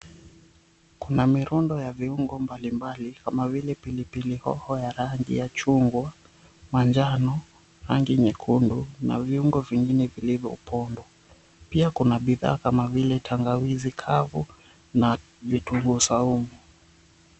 Kuna mirundo ya viungo mbalimbali kama vile pilipili hoho ya rangi ya chungwa, manjano, rangi nyekundu na viungo vingine vilivyopondwa. Pia kuna bidhaa kama vile tangawizi kavu na vitunguu saumu.